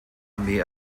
armee